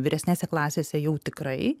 vyresnėse klasėse jau tikrai